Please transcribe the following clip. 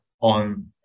on